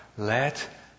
Let